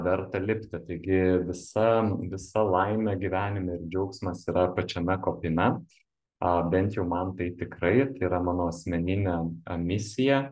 verta lipti taigi visa visa laimė gyvenime ir džiaugsmas yra pačiame kopime a bent jau man tai tikrai tai yra mano asmeninė a misija